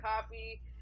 coffee